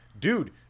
dude